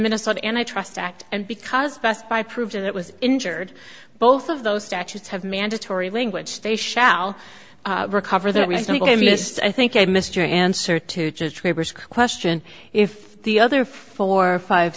minnesota and i trust act and because best buy proved it was injured both of those statutes have mandatory language they shall recover that just i think i missed your answer to just labor's question if the other four five